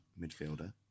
midfielder